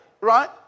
right